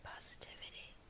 positivity